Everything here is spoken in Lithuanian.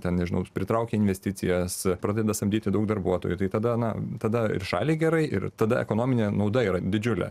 ten nežinau pritraukia investicijas pradeda samdyti daug darbuotojų tai tada na tada ir šaliai gerai ir tada ekonominė nauda yra didžiulė